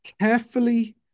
carefully